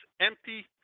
empty